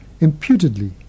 imputedly